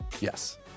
Yes